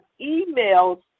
emails